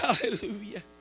Hallelujah